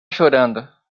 chorando